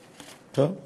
את זה,